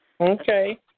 Okay